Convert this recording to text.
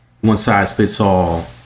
one-size-fits-all